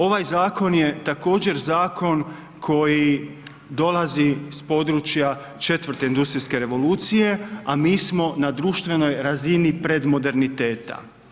Ovaj zakon je također zakon koji dolazi iz područja četvrte industrijske revolucije, a mi smo na društvenoj razini predmoderniteta.